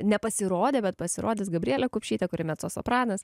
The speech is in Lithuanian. nepasirodė bet pasirodys gabrielė kupšytė kuri mecosopranas